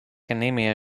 anemia